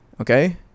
Okay